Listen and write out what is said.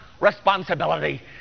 responsibility